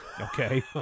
Okay